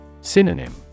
Synonym